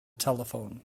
telephone